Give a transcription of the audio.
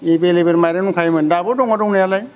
available माइरं दंखायोमोन दाबो दङ दंनायालाय